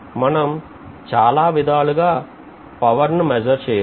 మనం చాల విధాలుగా పవర్ ను measure చెయ్యొచ్చు